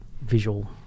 visual